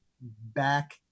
back